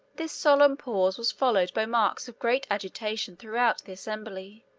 this solemn pause was followed by marks of great agitation throughout the assembly.